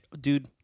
dude